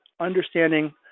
understanding